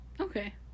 Okay